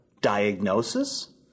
diagnosis